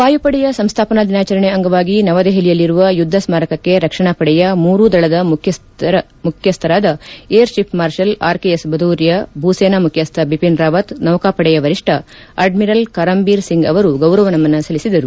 ವಾಯುಪಡೆಯ ಸಂಸ್ಲಾಪನಾ ದಿನಾಚರಣೆ ಅಂಗವಾಗಿ ನವದೆಹಲಿಯಲ್ಲಿರುವ ಯುದ್ದ ಸ್ಮಾರಕಕ್ಕೆ ರಕ್ಷಣಾ ಪಡೆಯ ಮೂರು ದಳದ ಮುಖ್ಯಸ್ಥಳದ air chief marshal RKS Bhadauria ಭೂಸೇನಾ ಮುಖ್ಯಸ್ಥ ಬಿಪಿನ್ ರಾವತ್ ನೌಕಾಪಡೆಯ ವರಿಷ್ಣ ಅಡ್ಮಿರಲ್ ಕರಮ್ಬೀರ್ ಸಿಂಗ್ ಅವರು ಗೌರವ ನಮನ ಸಲ್ಲಿಸಿದರು